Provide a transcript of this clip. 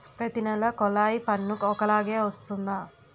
ప్రతి నెల కొల్లాయి పన్ను ఒకలాగే వస్తుందా?